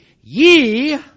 ye